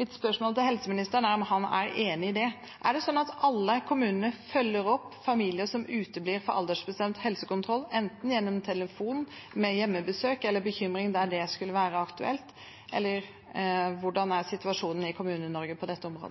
Mitt spørsmål til helseministeren er om han er enig i det. Er det sånn at alle kommuner følger opp familier som uteblir fra aldersbestemt helsekontroll, enten gjennom telefon, ved hjemmebesøk eller bekymringsmelding, der det skulle være aktuelt? Hvordan er situasjonen i Kommune-Norge på dette